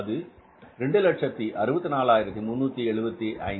அது 264375